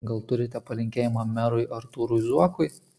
gal turite palinkėjimą merui artūrui zuokui